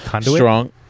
strong